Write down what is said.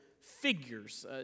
figures